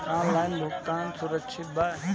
Online भुगतान का सुरक्षित बा?